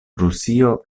rusio